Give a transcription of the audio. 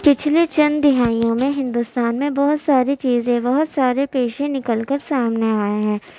پچھلے چند دہائیوں میں ہندوستان میں بہت ساری چیزیں بہت سارے پیشے نکل کر سامنے آئے ہیں